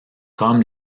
comme